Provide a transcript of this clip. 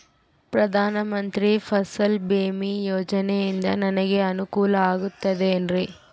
ಪ್ರಧಾನ ಮಂತ್ರಿ ಫಸಲ್ ಭೇಮಾ ಯೋಜನೆಯಿಂದ ನನಗೆ ಅನುಕೂಲ ಆಗುತ್ತದೆ ಎನ್ರಿ?